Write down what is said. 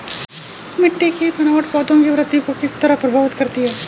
मिटटी की बनावट पौधों की वृद्धि को किस तरह प्रभावित करती है?